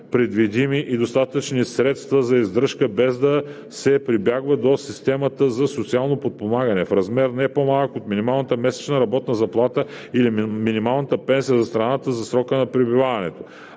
предвидими и достатъчни средства за издръжка, без да се прибягва до системата за социално подпомагане, в размер, не по-малък от минималната месечна работна заплата или минималната пенсия за страната за срока на пребиваване.